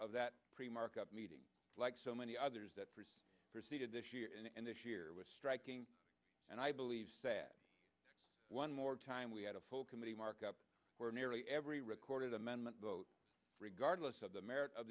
of that pre market meeting like so many others that preceded this year and this year was striking and i believe sad one more time we had a full committee markup where nearly every recorded amendment vote regardless of the